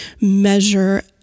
measure